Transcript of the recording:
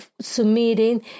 submitting